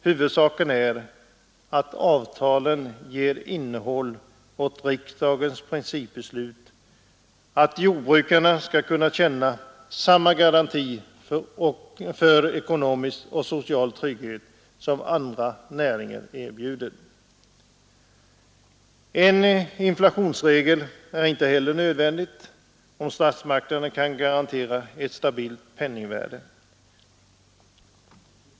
Huvudsaken är att avtalen ger innehåll åt riksdagens principbeslut att jordbrukarna skall kunna känna samma garanti för ekonomisk och social trygghet som andra näringar erbjuder. En inflationsregel är inte heller nödvändig om statsmakterna kan garantera ett stabilt penningvärde.